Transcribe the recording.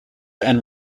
and